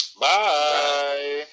Bye